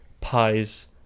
pies